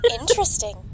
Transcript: Interesting